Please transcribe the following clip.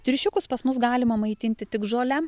triušiukus pas mus galima maitinti tik žole